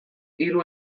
hiru